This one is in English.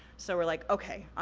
so, we're like, okay,